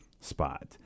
spot